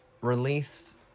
Release